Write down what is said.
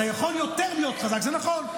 אתה יכול להיות יותר חזק, זה נכון.